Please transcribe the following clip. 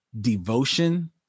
Devotion